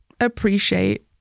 appreciate